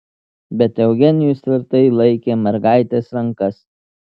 bet eugenijus tvirtai laikė mergaitės rankas